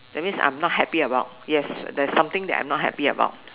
that means I'm not happy about yes there's something that I'm not happy about